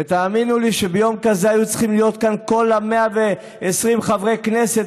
ותאמינו לי שביום כזה היו צריכים להיות כאן כל 120 חברי הכנסת,